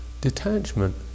detachment